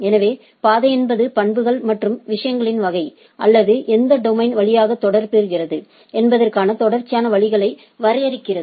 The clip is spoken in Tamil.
எனவே பாதை என்பது பண்புகள் மற்றும் விஷயங்களின் வகை அல்லது எந்த டொமைன் வழியாகத் தொடர்கிறது என்பதற்கான தொடர்ச்சியான வழிகளை வரையறுக்கிறது